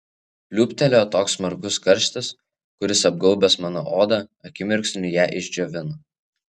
pliūptelėjo toks smarkus karštis kuris apgaubęs mano odą akimirksniu ją išdžiovino